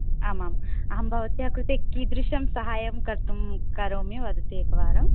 आमाम् अहं भवत्याः कृते कीदृशं साहाय्यं कर्तुं करोमि वदतु एकवारम्